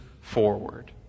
forward